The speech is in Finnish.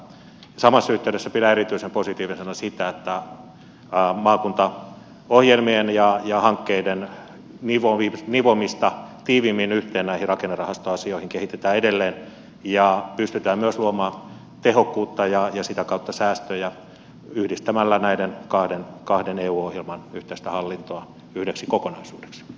samassa yhteydessä pidän erityisen positiivisena sitä että maakuntaohjelmien ja hankkeiden nivomista tiiviimmin yhteen näihin rakennerahastoasioihin kehitetään edelleen ja pystytään myös luomaan tehokkuutta ja sitä kautta säästöjä yhdistämällä näiden kahden eu ohjelman yhteistä hallintoa yhdeksi kokonaisuudeksi